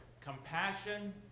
Compassion